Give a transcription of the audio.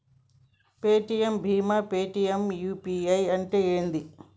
Paytm భీమ్ Paytm UPI అంటే ఏంది?